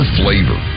flavor